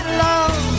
love